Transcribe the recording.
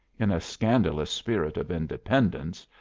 in a scandalous spirit of independence,